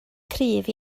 cryf